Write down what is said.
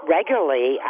Regularly